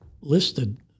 listed